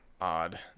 odd